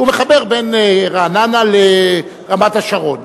שמחבר בין רעננה לרמת-השרון.